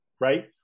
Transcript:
right